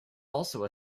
also